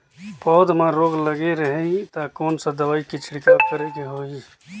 पौध मां रोग लगे रही ता कोन सा दवाई के छिड़काव करेके होही?